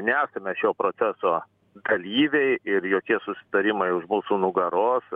nesame šio proceso dalyviai ir jokie susitarimai už mūsų nugaros